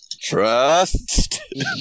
Trust